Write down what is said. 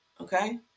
okay